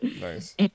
Nice